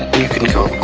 you can go